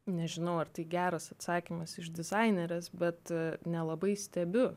nežinau ar tai geras atsakymas iš dizainerės bet nelabai stebiu